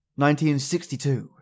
1962